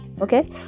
Okay